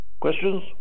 Questions